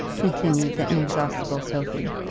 continued the inexhaustible sophie,